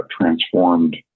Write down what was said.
transformed